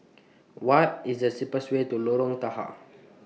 What IS The cheapest Way to Lorong Tahar